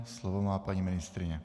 Slovo má paní ministryně.